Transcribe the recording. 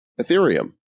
Ethereum